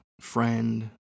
friend